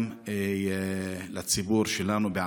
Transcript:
גם לציבור שלנו.